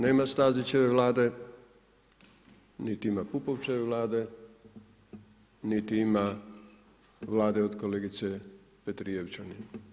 Nema Stazićeve Vlade, niti ima Pupovćeve Vlade, niti ima Vlade od kolegice Petrijevčanin.